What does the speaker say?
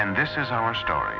and this is our story